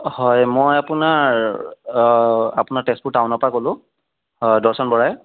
অঁ হয় মই আপোনাৰ আপোনাৰ তেজপুৰ টাউনৰ পৰা ক'লো হয় দৰ্শন বৰাই